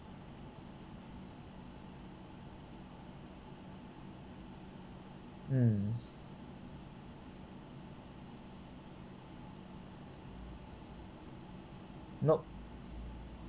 mm nope